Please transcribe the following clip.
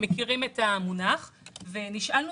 נשאלנו